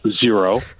Zero